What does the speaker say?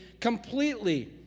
completely